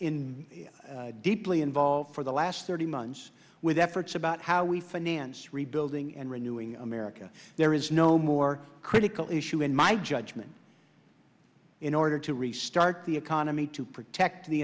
in deeply involved for the last thirty months with efforts about how we finance rebuilding and renewing america there is no more critical issue in my judgment in order to restart the economy to protect the